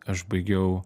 aš baigiau